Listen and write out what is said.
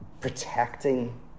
Protecting